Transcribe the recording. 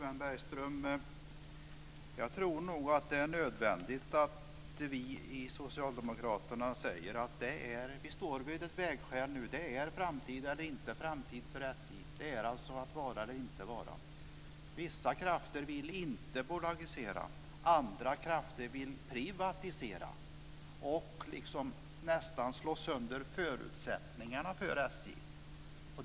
Fru talman! Först, Sven Bergström, tror jag nog att det är nödvändigt att vi i Socialdemokraterna säger att vi nu står vid ett vägskäl. Det handlar om framtid eller inte framtid för SJ, alltså att vara eller inte. Vissa krafter vill inte bolagisera, andra krafter vill privatisera och nästan slå sönder förutsättningarna för SJ.